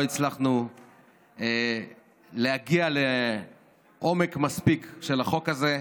הצלחנו להגיע לעומק מספיק של החוק הזה,